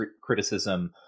criticism